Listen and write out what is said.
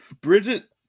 Bridget